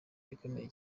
ikomeye